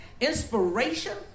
inspiration